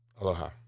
Aloha